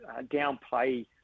downplay